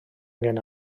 angen